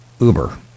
Uber